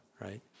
right